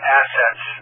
assets